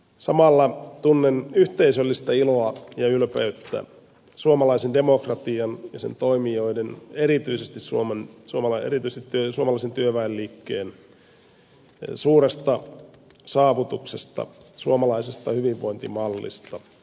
samalla tunnen yhteisöllistä iloa ja ylpeyttä suomalaisen demokratian ja sen toimijoiden erityisesti suomalaisen työväenliikkeen suuresta saavutuksesta suomalaisesta hyvinvointimallista